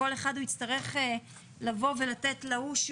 לכל אחד המנהל יצטרך לתפור תכנית?